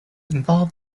involve